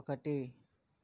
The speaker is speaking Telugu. ఒకటి